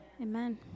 amen